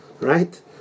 right